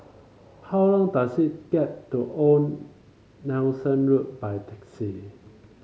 how long does it get to Old Nelson Road by taxi